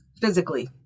physically